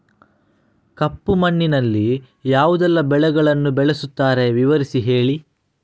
ಕಪ್ಪು ಮಣ್ಣಿನಲ್ಲಿ ಯಾವುದೆಲ್ಲ ಬೆಳೆಗಳನ್ನು ಬೆಳೆಸುತ್ತಾರೆ ವಿವರಿಸಿ ಹೇಳಿ